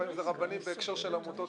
לפעמים אלה רבנים בהקשר של עמותות